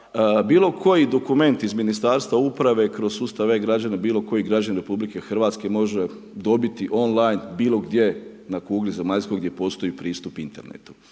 bilokoji dokument iz Ministarstva uprave kroz sustav e-građani, bilo koji građanin RH, može dobiti on line, bilogdje, na kugli zemaljskoj, gdje postoji pristup internetu.